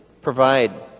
provide